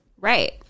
Right